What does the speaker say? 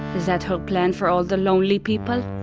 is that her plan for all the lonely people?